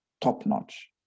top-notch